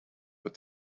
but